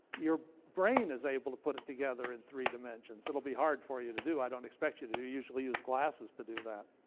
your brain is able to put it together in three dimensions. it will be hard for you to do. i don't expect you to to you usually use glasses to do that,